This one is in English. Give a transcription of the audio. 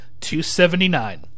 279